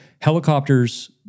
Helicopters